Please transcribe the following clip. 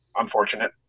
unfortunate